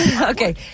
Okay